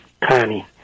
Connie